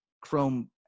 Chrome